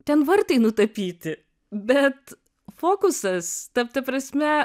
ten vartai nutapyti bet fokusas ta ta prasme